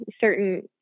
certain